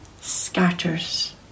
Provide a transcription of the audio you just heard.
scatters